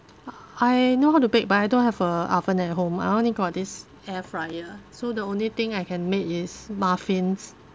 I know how to bake but I don't have a oven at home I only got this air fryer so the only thing I can make is muffins